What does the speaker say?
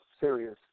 serious